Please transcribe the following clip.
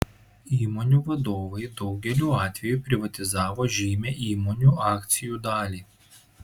įmonių vadovai daugeliu atveju privatizavo žymią įmonių akcijų dalį